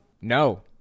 No